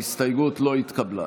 ההסתייגות לא התקבלה.